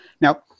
Now